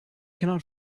cannot